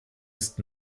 ist